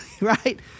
right